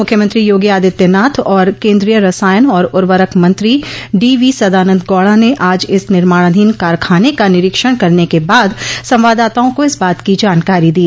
मुख्यमंत्री योगी आदित्यनाथ और केन्द्रीय रसायन और उरर्वक मंत्री डी वी सदानन्द गौडा ने आज इस निमार्णाधीन कारखाने का निरीक्षण करने के बाद संवाददाताओं को इस बात की जानकारी दी